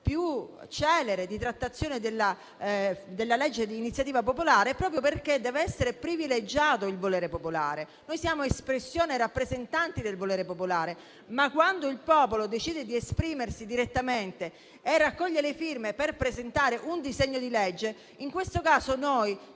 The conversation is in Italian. più celere di trattazione di provvedimenti di iniziativa popolare, proprio perché il volere popolare deve essere privilegiato. Noi siamo espressione, rappresentanti, del volere popolare. Quando, però, il popolo decide di esprimersi direttamente e raccoglie le firme per presentare un disegno di legge, in questo caso noi